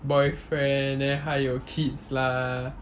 boyfriend then 还有 kids lah